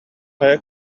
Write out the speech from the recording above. хайа